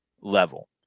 level